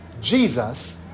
Jesus